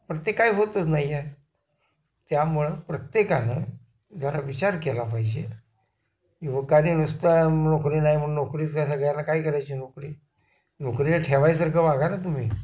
पर ते काय होतच नाही आहे त्यामुळं प्रत्येकानं जरा विचार केला पाहिजे युवकाने नुसता नोकरीला आहे म्हणू नोकरीच कय सगायला काय करायची आहे नोकरी नोकरीला ठेवायसारखं वागा ना तुम्ही